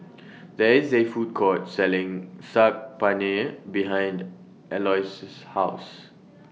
There IS A Food Court Selling Saag Paneer behind Aloys's House